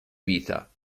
vita